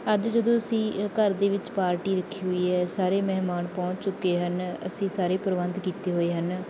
ਅੱਜ ਜਦੋਂ ਅਸੀਂ ਘਰ ਦੇ ਵਿੱਚ ਪਾਰਟੀ ਰੱਖੀ ਹੋਈ ਹੈ ਸਾਰੇ ਮਹਿਮਾਨ ਪਹੁੰਚ ਚੁੱਕੇ ਹਨ ਅਸੀਂ ਸਾਰੇ ਪ੍ਰਬੰਧ ਕੀਤੇ ਹੋਏ ਹਨ